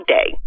Day